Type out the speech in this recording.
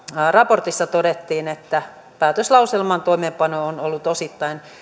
raportissa todettiin että päätöslauselman toimeenpano on ollut osittain